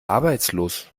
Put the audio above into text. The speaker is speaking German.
arbeitslos